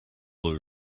will